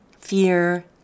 fear